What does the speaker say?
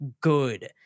good